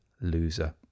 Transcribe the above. loser